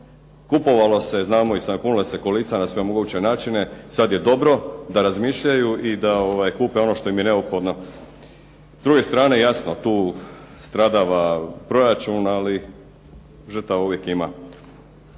Kupovalo se, znamo i punila su se kolica na sve moguće načine. Sad je dobro da razmišljaju i da kupe ono što im je neophodno. S druge strane, jasno tu stradava proračun, ali žrtava uvijek ima.